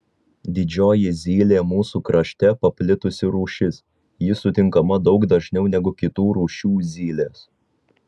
didžioji zylė mūsų krašte paplitusi rūšis ji sutinkama daug dažniau negu kitų rūšių zylės